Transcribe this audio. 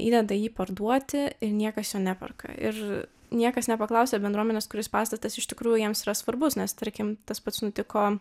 įdeda jį parduoti ir niekas jo neperka ir niekas nepaklausia bendruomenės kuris pastatas iš tikrųjų jiems yra svarbus nes tarkim tas pats nutiko